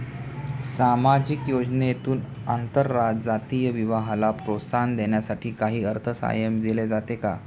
सामाजिक योजनेतून आंतरजातीय विवाहाला प्रोत्साहन देण्यासाठी काही अर्थसहाय्य दिले जाते का?